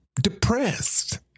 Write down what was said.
depressed